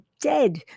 dead